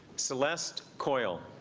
celeste coyle